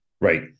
Right